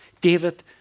David